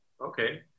okay